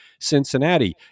Cincinnati